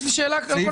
יש לי שאלה על כל